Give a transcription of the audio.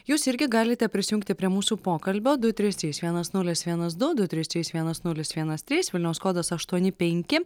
jūs irgi galite prisijungti prie mūsų pokalbio du trys trys vienas nulis vienas du du trys trys vienas nulis vienas trys vilniaus kodas aštuoni penki